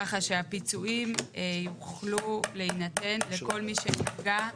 ככה שהפיצויים יוכלו להינתן לכל מי שנפגע,